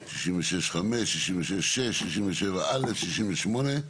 66(5), 66(6), 67(א), 68,